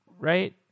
right